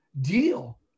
deal